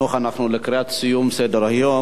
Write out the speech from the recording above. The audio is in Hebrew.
אנחנו לקראת סיום סדר-היום.